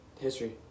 History